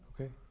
okay